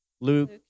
Luke